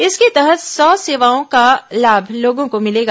इसके तहत सौ सेवाओं का लाभ लोगों को मिलेगा